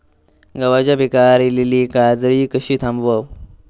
गव्हाच्या पिकार इलीली काजळी कशी थांबव?